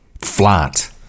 flat